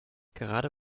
gerade